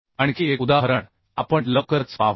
आणखी एक उदाहरण आपण लवकरच पाहू